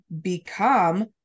become